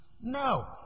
No